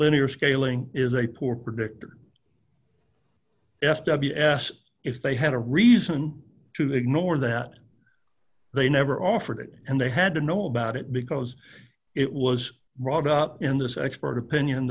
linear scaling is a poor predictor f ws if they had a reason to ignore that they never offered it and they had to know about it because it was brought up in this expert opinion